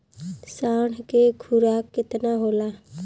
साँढ़ के खुराक केतना होला?